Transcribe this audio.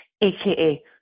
AKA